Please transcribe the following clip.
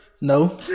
No